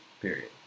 Period